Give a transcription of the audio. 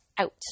out